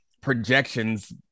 projections